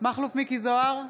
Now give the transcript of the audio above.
מכלוף מיקי זוהר,